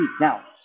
Now